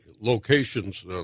locations